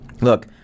Look